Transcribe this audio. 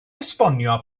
esbonio